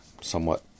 somewhat